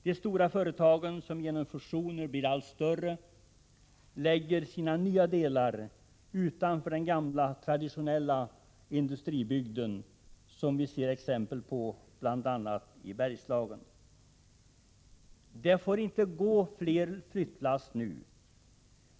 De stora företagen, som genom fusioner blir allt större, lägger sina nya delar utanför den gamla traditionella industribygden; det ser vi exempel på i bl.a. Bergslagen. Det får inte gå fler flyttlass nu.